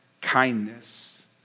kindness